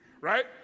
right